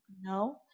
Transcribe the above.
No